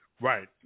Right